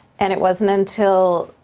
and it wasn't until,